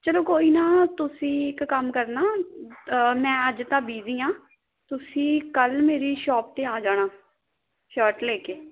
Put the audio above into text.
ਚਲੋ ਕੋਈ ਨਾ ਤੁਸੀਂ ਇੱਕ ਕੰਮ ਕਰਨਾ ਮੈਂ ਅੱਜ ਤਾਂ ਬਿਜ਼ੀ ਹਾਂ ਤੁਸੀਂ ਕੱਲ੍ਹ ਮੇਰੀ ਸ਼ੋਪ 'ਤੇ ਆ ਜਾਣਾ ਸ਼ਰਟ ਲੈ ਕੇ